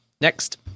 Next